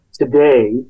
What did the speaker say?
today